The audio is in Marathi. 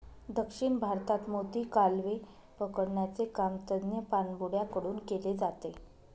दक्षिण भारतात मोती, कालवे पकडण्याचे काम तज्ञ पाणबुड्या कडून केले जाते